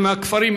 זה מהכפרים,